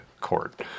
court